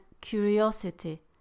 curiosity